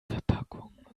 verpackung